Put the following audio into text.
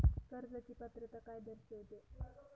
कर्जाची पात्रता काय दर्शविते?